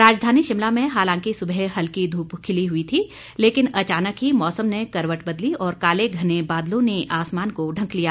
राजधानी शिमला में हालांकि सुबह हल्की धूप खिली हुई थी लेकिन अचानक ही मौसम ने करवट बदली और काले घने बादलों ने आसमान को ढक लिया